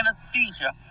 anesthesia